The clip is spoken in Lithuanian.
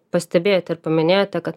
pastebėjote ir paminėjote kad